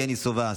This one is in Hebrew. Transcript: יבגני סובה,